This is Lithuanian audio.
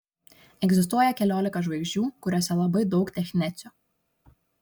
egzistuoja keliolika žvaigždžių kuriose labai daug technecio